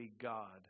God